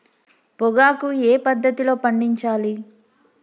పొగాకు ఏ పద్ధతిలో పండించాలి?